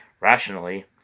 rationally